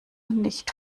nicht